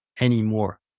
Anymore